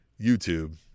youtube